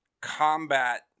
combat